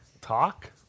talk